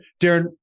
Darren